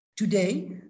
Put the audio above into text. Today